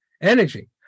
energy